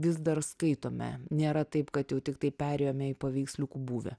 vis dar skaitome nėra taip kad jau tiktai perėjome į paveiksliukų būvį